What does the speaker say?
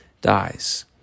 dies